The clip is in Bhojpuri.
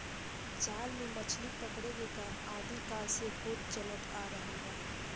जाल से मछरी पकड़े के काम आदि काल से होत चलत आ रहल बा